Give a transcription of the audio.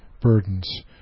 burdens